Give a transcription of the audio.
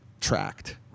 tracked